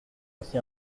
aussi